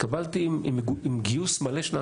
התקבלתי עם גיוס מלא של האנשים.